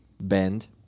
Bend